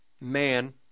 man